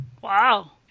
Wow